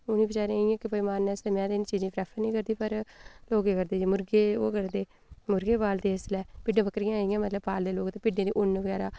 उ'नें बेचारें ई इ'यां आस्तै में ते इ'नें चीज़ें ई प्रैफर निं करदी पर लोक केह् करदे मुर्गे ओह् करदे मुर्गे पालदे इसलै भिड्ड बक्करियां इयां मतलब पालदे लोक भिड्डें दी उन्न बगैरा